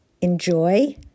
enjoy